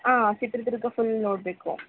ಹಾಂ ಚಿತ್ರದುರ್ಗ ಫುಲ್ ನೋಡಬೇಕು